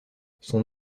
son